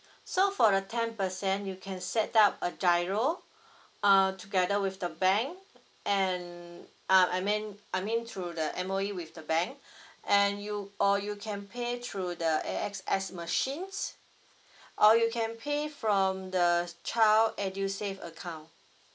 so for the ten percent you can set up a giro uh together with the bank and um I mean I mean through the M_O_E with the bank and you or you can pay through the A_X_S machines or you can pay from the child edusave account